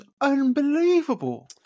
unbelievable